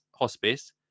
hospice